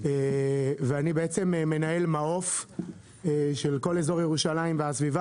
ואני בעצם מנהל מעוף של כל אזור ירושלים והסביבה,